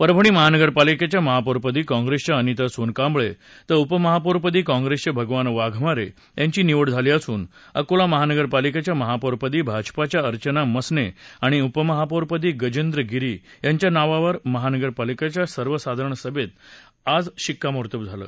परभणी महानगरपालिकेच्या महापौरपदी कॉप्रेसच्या अनिता सोनकांबळे तर उपमहापौरपदी कॉंप्रेसचे भगवान वाघमारे याची निवड झाली असून अकोला महानगरपालिकेच्या महापौरपदी भाजपच्या अर्चना मसने आणि उपमहापौरपदी राजेंद्र गिरी यांच्या नावावर महानगरपालिकेच्या सर्वसाधारण सभेत आज शिक्कामोर्तब झालं